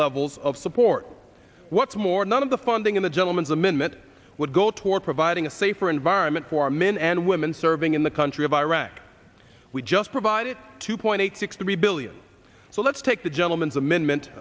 levels of support what's more none of the funding in the gentleman's amendment would go toward providing a safer environment for men and women serving in the country of iraq we just provided two point eight six three billion so let's take the gentlemen's amendment